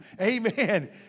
Amen